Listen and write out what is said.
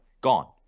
gone